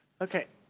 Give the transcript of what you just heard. okay.